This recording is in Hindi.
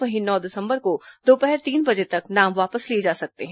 वहीं नौ दिसंबर को दोपहर तीन बजे तक नाम वापस लिए जा सकते हैं